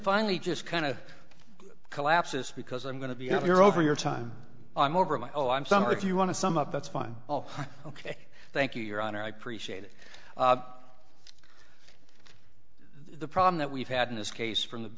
finally just kind of collapses because i'm going to be if you're over your time i'm over my oh i'm summer if you want to sum up that's fine all ok thank you your honor i appreciate it the problem that we've had in this case from the